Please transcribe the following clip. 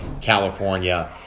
California